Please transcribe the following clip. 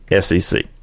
SEC